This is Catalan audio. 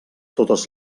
totes